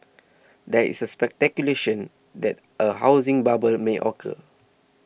there is speculation that a housing bubble may occur